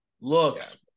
Looks